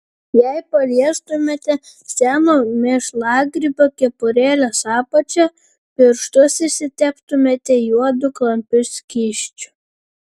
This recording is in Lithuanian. jei paliestumėte seno mėšlagrybio kepurėlės apačią pirštus išsiteptumėte juodu klampiu skysčiu